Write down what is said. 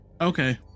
Okay